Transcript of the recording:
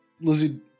Lizzie